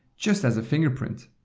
just as a fingerprint.